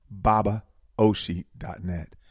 Babaoshi.net